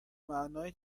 معنای